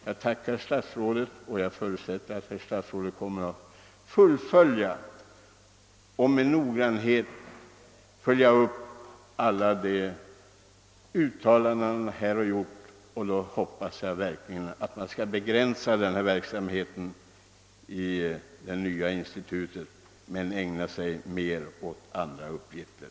Jag tackar statsrådet för alla de uttalanden han här har gjort, och jag förutsätter att han kommer att följa upp dem. Jag hoppas att det skall leda till att man begränsar det nya institutets verksamhet och i stället ägnar sig mer åt andra uppgifter.